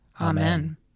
Amen